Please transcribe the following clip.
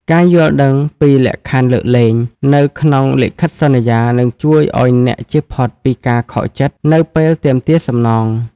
ការយល់ដឹងពី លក្ខខណ្ឌលើកលែង នៅក្នុងលិខិតសន្យា នឹងជួយឱ្យអ្នកជៀសផុតពីការខកចិត្តនៅពេលទាមទារសំណង។